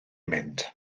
mynd